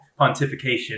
pontification